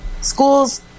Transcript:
Schools